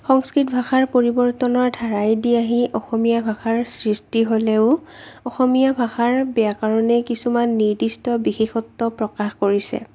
সংস্কৃত ভাষাৰ পৰিৱৰ্তনৰ ধাৰাইদি আহি অসমীয়া ভাষাৰ সৃষ্টি হ'লেও অসমীয়া ভাষাৰ ব্যাকৰণে কিছুমান নিৰ্দিষ্ট বিশেষত্ব প্ৰকাশ কৰিছে